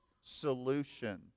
solution